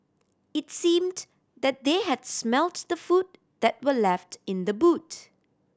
it seemed that they had smelt the food that were left in the boot